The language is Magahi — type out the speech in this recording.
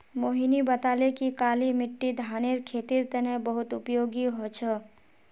मोहिनी बताले कि काली मिट्टी धानेर खेतीर तने बहुत उपयोगी ह छ